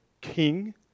King